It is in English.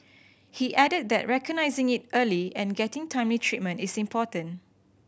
he added that recognising it early and getting timely treatment is important